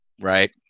right